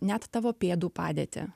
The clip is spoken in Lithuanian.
net tavo pėdų padėtį